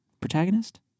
Protagonist